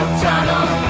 tunnel